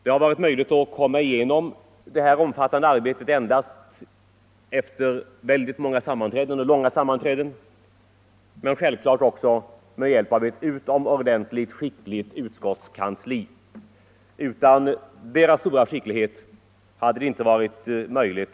Det har varit möjligt att genomföra detta omfattande arbete endast efter många och långa sammanträden, men självklart med hjälp av ett utomordentligt skickligt utskottskansli vars stora skicklighet betytt mycket för utskottet.